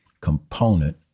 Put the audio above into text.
component